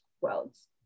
Worlds